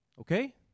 Okay